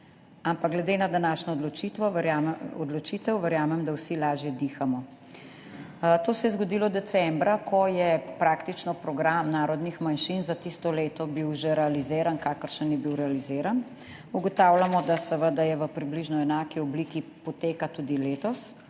ampak glede na današnjo odločitev, verjamem, da vsi lažje dihamo.« To se je zgodilo decembra, ko je bil praktično program narodnih manjšin za tisto leto že realiziran, kakršen je bil realiziran, ugotavljamo, da seveda v približno enaki obliki poteka tudi letos,